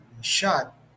shot